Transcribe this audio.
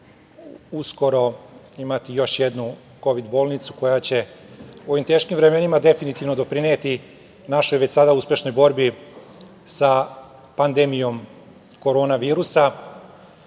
uskoro imati još jednu kovid bolnicu, koja će u ovim teškim vremenima definitivno doprineti našoj, već sada uspešnoj borbi sa pandemijom korona virusa. Mada,